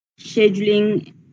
scheduling